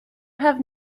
have